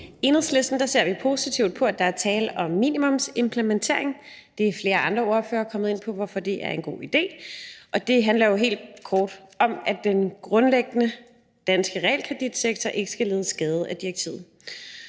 I Enhedslisten ser vi positivt på, at der er tale om en minimumsimplementering. Flere andre ordførere har været inde på, hvorfor det er en god idé. Helt kort handler det om, at den grundlæggende danske realkreditsektor ikke skal lide skade af direktivet.